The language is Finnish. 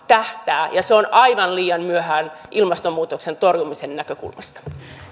tähtää ja se on aivan liian myöhään ilmastonmuutoksen torjumisen näkökulmasta